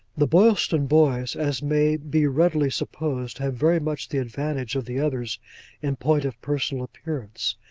the boylston boys, as may be readily supposed, have very much the advantage of the others in point of personal appearance.